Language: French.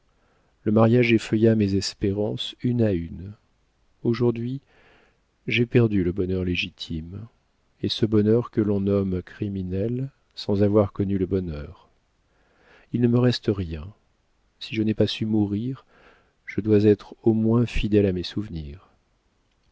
le mariage effeuilla mes espérances une à une aujourd'hui j'ai perdu le bonheur légitime et ce bonheur que l'on nomme criminel sans avoir connu le bonheur il ne me reste rien si je n'ai pas su mourir je dois être au moins fidèle à mes souvenirs